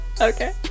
okay